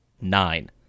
nine